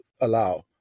allow